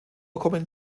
kommen